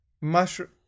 Mushroom